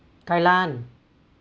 kai lan